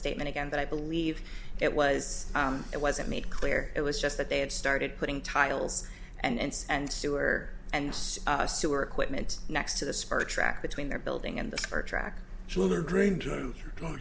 statement again but i believe it was it wasn't made clear it was just that they had started putting tiles and and sewer and sewer equipment next to the spur track between their building and the o